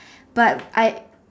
but I